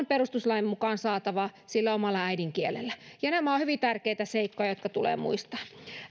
perustuslain mukaan saatava sillä omalla äidinkielellä nämä ovat hyvin tärkeitä seikkoja jotka tulee muistaa